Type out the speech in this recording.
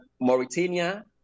Mauritania